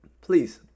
please